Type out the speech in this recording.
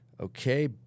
Okay